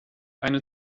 eine